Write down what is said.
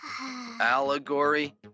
Allegory